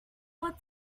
what